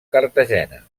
cartagena